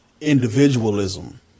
individualism